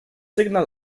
signal